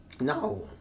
No